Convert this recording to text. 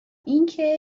اینکه